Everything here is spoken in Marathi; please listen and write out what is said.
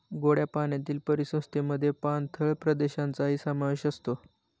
गोड्या पाण्यातील परिसंस्थेमध्ये पाणथळ प्रदेशांचाही समावेश असतो